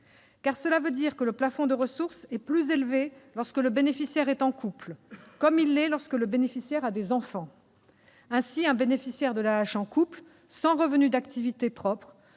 cela veut dire que le plafond de ressources est plus élevé lorsque le bénéficiaire est en couple, comme il l'est lorsque le bénéficiaire a des enfants. Ainsi, un bénéficiaire de l'AAH en couple, sans revenu d'activité propre,